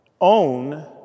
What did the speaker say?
own